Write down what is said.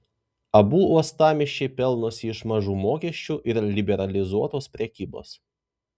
abu uostamiesčiai pelnosi iš mažų mokesčių ir liberalizuotos prekybos